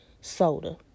Soda